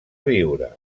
viure